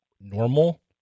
normal